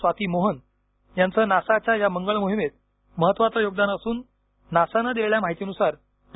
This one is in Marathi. स्वाती मोहन यांचं नासाच्या या मंगळ मोहिमेत महत्त्वाचं योगदान असून नासाने दिलेल्या माहितीनुसार डॉ